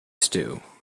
stew